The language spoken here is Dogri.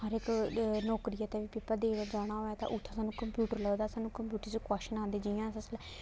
हर इक नौकरियै ते फ्ही पेपर देन जाना होए ते उत्थै सानूं कंप्यूटर लब्भदा सानूं कंप्यूटर च क्वाशन आंदे जि'यां जिसलै